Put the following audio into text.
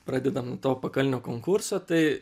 pradedam nuo to pakalnio konkurso tai